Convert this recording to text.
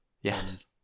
Yes